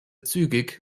zügig